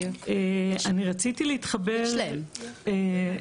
יש להם,